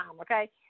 okay